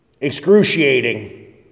Excruciating